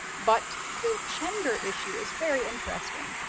but, the gender issue is very interesting.